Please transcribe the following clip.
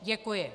Děkuji.